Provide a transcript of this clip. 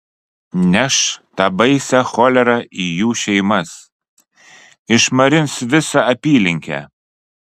neš tą baisią cholerą į jų šeimas išmarins visą apylinkę